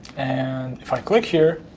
and if i click here